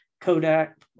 Kodak